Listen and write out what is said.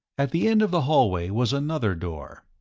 at the end of the hallway was another door.